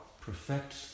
perfect